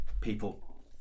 people